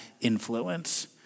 influence